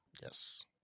Yes